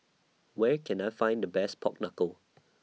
Where Can I Find The Best Pork Knuckle